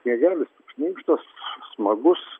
sniegelis toks minkštas smagus